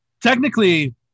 Technically